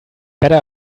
better